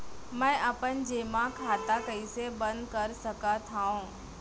मै अपन जेमा खाता कइसे बन्द कर सकत हओं?